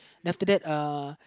then after that erm